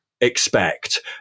expect